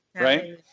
Right